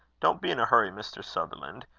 don't be in a hurry, mr. sutherland.